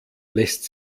lässt